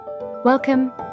Welcome